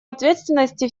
ответственности